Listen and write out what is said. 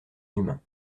humain